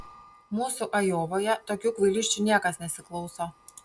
mūsų ajovoje tokių kvailysčių niekas nesiklauso